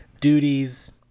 duties